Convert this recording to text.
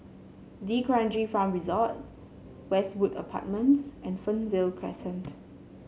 D'Kranji Farm Resort Westwood Apartments and Fernvale Crescent